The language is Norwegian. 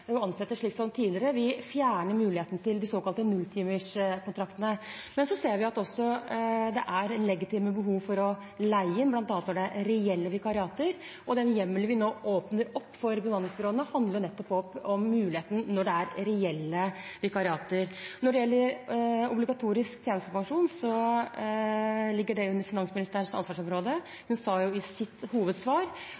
å ansette slik som tidligere. Vi fjerner muligheten til de såkalte nulltimerskontraktene. Så ser vi at det også er legitime behov for å leie inn, bl.a. når det er reelle vikariater, og den hjemmelen vi nå åpner opp for bemanningsbyråene, handler nettopp om muligheten når det er reelle vikariater. Når det gjelder obligatorisk tjenestepensjon, ligger det under finansministerens ansvarsområde.